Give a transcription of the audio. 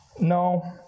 No